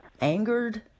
angered